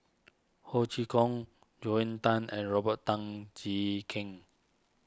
Ho Chee Kong Joel Tan and Robert Tan Jee Keng